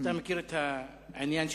אתה מכיר את העניין שלהן.